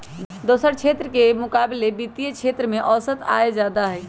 दोसरा क्षेत्र के मुकाबिले वित्तीय क्षेत्र में औसत आय जादे हई